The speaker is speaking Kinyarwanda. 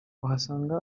uhasanga